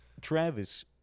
travis